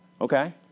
okay